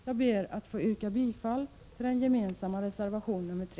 Jag ber att få yrka bifall till reservationen nr 3.